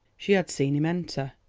she had seen him enter,